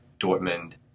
Dortmund